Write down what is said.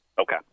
Okay